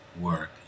work